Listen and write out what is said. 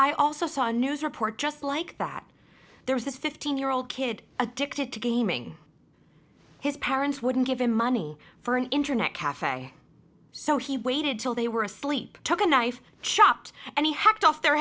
i also saw a news report just like that there was this fifteen year old kid addicted to gaming his parents wouldn't give him money for an internet cafe so he waited till they were asleep took a knife chopped and he hacked off their